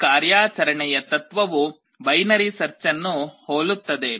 ಈ ಕಾರ್ಯಾಚರಣೆಯ ತತ್ವವು ಬೈನರಿ ಸರ್ಚನ್ನು ಹೋಲುತ್ತದೆ